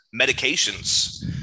medications